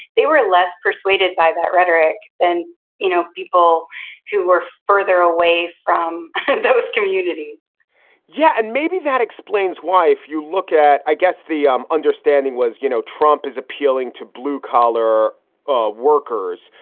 they were less persuaded by that rhetoric than you know people who were further away from those communities yeah, and maybe that explains why if you look at i guess the um understanding was, you know, trump is appealing to blue collar ah workers,